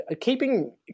keeping